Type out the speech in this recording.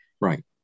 Right